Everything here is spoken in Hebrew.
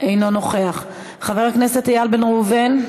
אינו נוכח, חבר הכנסת איל בן ראובן,